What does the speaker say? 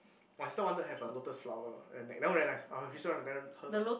my sister wanted to have a lotus flower and that one very nice